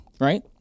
right